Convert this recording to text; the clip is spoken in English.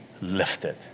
lifted